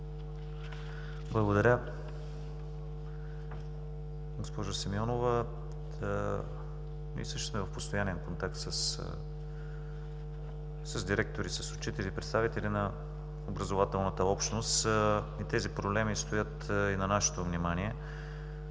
Благодаря. Госпожо Симеонова, ние също сме в постоянен контакт с директори, с учители, представители на образователната общност и тези проблеми стоят и на нашето внимание.